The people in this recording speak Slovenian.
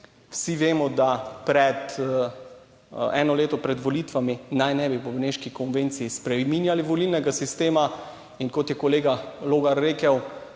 Vsi vemo, da pred eno leto pred volitvami naj ne bi po beneški konvenciji spreminjali volilnega sistema in kot je kolega Logar rekel,